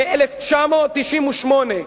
מ-1998.